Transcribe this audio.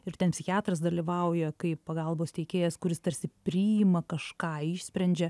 ir ten psichiatras dalyvauja kaip pagalbos teikėjas kuris tarsi priima kažką išsprendžia